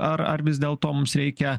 ar ar vis dėl to mums reikia